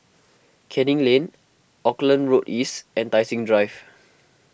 Canning Lane Auckland Road East and Tai Seng Drive